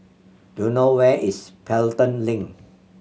do you know where is Pelton Link